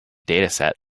dataset